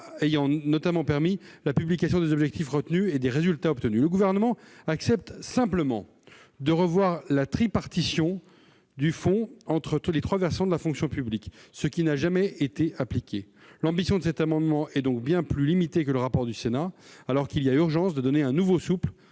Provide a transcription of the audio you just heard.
ayant notamment permis la publication des objectifs retenus et des résultats obtenus. Le Gouvernement accepte simplement de revoir la « tripartition » du FIPHFP entre les trois versants de la fonction publique, ce qui n'a jamais été appliqué. L'ambition du Gouvernement, au travers de cet amendement, est donc bien plus limitée que le rapport du Sénat, alors qu'il y a urgence à donner un nouveau souffle